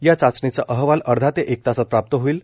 या चाचणीचा अहवाल अर्धा ते एक तासांत प्राप्त होईल